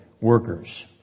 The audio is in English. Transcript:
workers